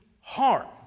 heart